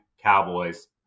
Cowboys